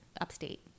upstate